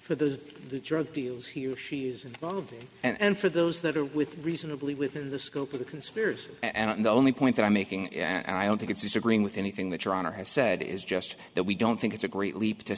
for the drug dealers here she is involved and for those that are with reasonably within the scope of the conspiracy and the only point that i'm making and i don't think it's disagreeing with anything that your honor has said is just that we don't think it's a great leap to